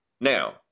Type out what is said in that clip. Now